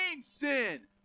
sin